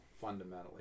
fundamentally